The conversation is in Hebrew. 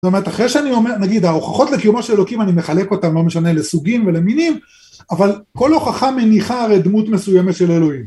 זאת אומרת, אחרי שאני אומר, נגיד, ההוכחות לקיומו של אלוקים אני מחלק אותן, לא משנה, לסוגים ולמינים, אבל כל הוכחה מניחה הרי דמות מסוימת של אלוהים.